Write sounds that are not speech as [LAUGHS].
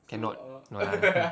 cannot [LAUGHS]